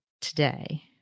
today